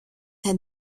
had